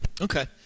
Okay